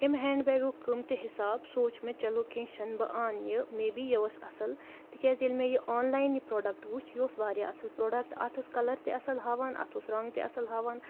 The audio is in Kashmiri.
امۍ ہینٛڈ بیگُک قۭمتہٕ حِساب سوٗنٛچ مےٚ چلو کینٛہہ چھِنہٕ بہٕ اَنہٕ یہِ مے بی یہِ اوس اَصٕل تِکیٛازِ ییٚلہِ مےٚ یہِ آنلاین یہِ پرٛوڈَکٹ وٕچھ یہِ اوس واریاہ اَصٕل پرٛوڈَکٹ اَتھ اوس کَلَر تہِ اَصٕل ہاوان اَتھ اوس رنٛگ تہِ اَصٕل ہاوان